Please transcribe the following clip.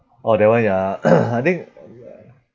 orh that one ya I think